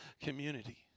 community